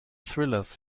thrillers